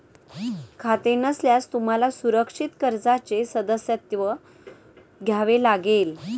खाते नसल्यास तुम्हाला सुरक्षित कर्जाचे सदस्यत्व घ्यावे लागेल